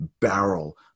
barrel